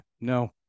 no